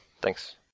Thanks